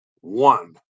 One